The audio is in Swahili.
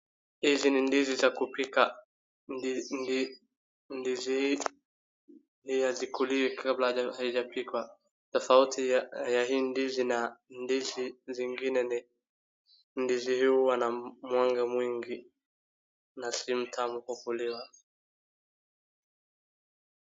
Hizi ni ndizi za kupika, ndizi hii hazikuliwa kabla haijapikwa, tofauti ya hii ndizi na ndizi zingine ni ndizi hii huwa na mwanga mwingi na si mtamu kwa kuliwa.